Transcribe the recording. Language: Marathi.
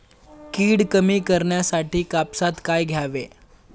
कीड कमी करण्यासाठी कापसात काय घालावे?